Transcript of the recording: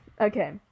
Okay